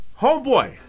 homeboy